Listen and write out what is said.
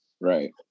right